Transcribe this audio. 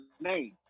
name